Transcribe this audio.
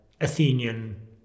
Athenian